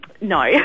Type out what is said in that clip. no